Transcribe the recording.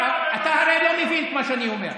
אתה פוגע בציבור הערבי יותר מכל ח"כ